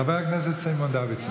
חבר הכנסת סימון דוידסון.